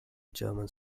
german